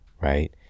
right